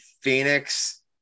Phoenix